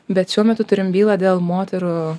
bet šiuo metu turim bylą dėl moterų